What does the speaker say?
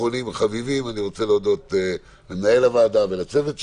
אחרונים חביבים אני רוצה להודות למנהל הוועדה ולצוות שלו.